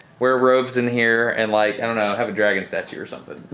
wear robes in here, and like i don't know, have a dragon statue or something.